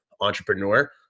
Entrepreneur